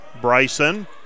Bryson